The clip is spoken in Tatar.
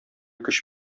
көч